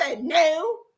no